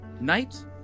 night